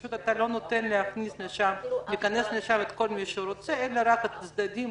שפשוט אתה לא נותן להכניס לשם את כל מי שרוצה אלא רק את הצדדים,